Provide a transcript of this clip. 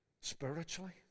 spiritually